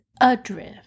Adrift